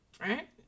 Right